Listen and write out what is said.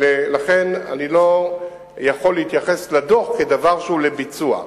לכן, אני לא יכול להתייחס לדוח כדבר שהוא לביצוע.